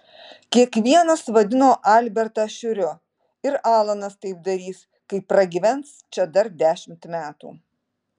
kiekvienas vadino albertą šiuriu ir alanas taip darys kai pragyvens čia dar dešimt metų